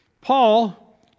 Paul